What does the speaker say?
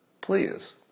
Please